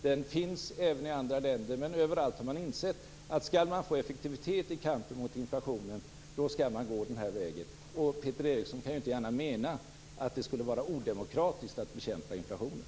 Den finns även i andra länder, men överallt har man insett att skall man få effektivitet i kampen mot inflationen skall man gå den här vägen. Peter Eriksson kan ju inte gärna mena att det skulle vara odemokratiskt att bekämpa inflationen.